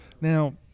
Now